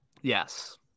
Yes